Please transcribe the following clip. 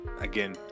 again